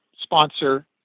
sponsor